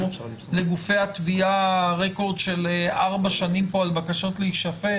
לגופי התביעה רקורד של ארבע שנים של בקשות להישפט.